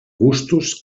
gustos